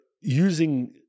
using